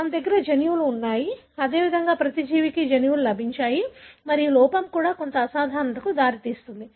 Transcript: మన దగ్గర జన్యువులు ఉన్నాయి అదేవిధంగా ప్రతి జీవికి జన్యువులు లభించాయి మరియు లోపం కూడా కొంత అసాధారణతకు దారితీస్తుంది